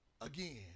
again